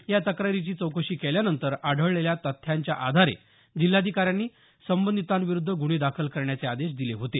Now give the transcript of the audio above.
या तक्रारीची चौकशी केल्यानंतर आढळलेल्या तथ्याच्या आधारे जिल्हाधिकाऱ्यांनी संबंधितांविरूद्ध गुन्हे दाखल करण्याचे आदेश दिले होते